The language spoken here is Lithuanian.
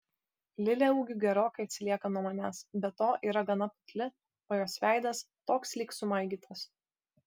lilė ūgiu gerokai atsilieka nuo manęs be to yra gana putli o jos veidas toks lyg sumaigytas